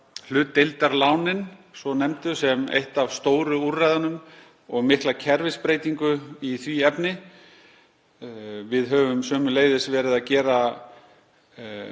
hlutdeildarlánin svonefndu sem eitt af stóru úrræðunum og mikla kerfisbreytingu í því efni. Við höfum sömuleiðis verið að gera